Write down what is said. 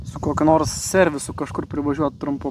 su kokiu nors servisu kažkur privažiuot trumpu